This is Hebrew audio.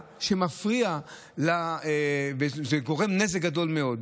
שמפריע וגורם נזק גדול מאוד.